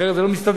אחרת זה לא מסתדר.